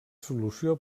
solució